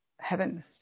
heaven